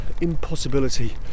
impossibility